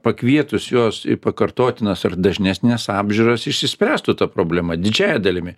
pakvietus juos į pakartotinas ar dažnesnes apžiūras išsispręstų ta problema didžiąja dalimi